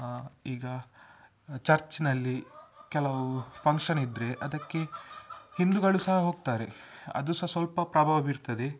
ಈಗ ಚರ್ಚ್ನಲ್ಲಿ ಕೆಲವು ಫಂಕ್ಷನಿದ್ದರೆ ಅದಕ್ಕೆ ಹಿಂದೂಗಳು ಸಹ ಹೋಗ್ತಾರೆ ಅದು ಸಹ ಸ್ವಲ್ಪ ಪ್ರಭಾವ ಬೀರ್ತದೆ